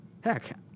heck